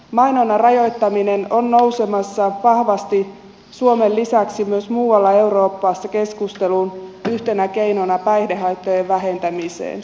mainonnan rajoittaminen on nousemassa vahvasti suomen lisäksi myös muualla euroopassa keskusteluun yhtenä keinona päihdehaittojen vähentämiseen